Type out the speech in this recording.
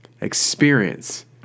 Experience